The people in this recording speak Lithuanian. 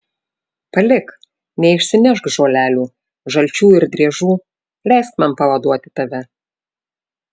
palik neišsinešk žolelių žalčių ir driežų leisk man pavaduoti tave